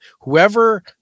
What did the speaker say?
whoever